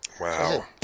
Wow